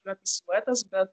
yra tas siluetas bet